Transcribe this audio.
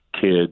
kids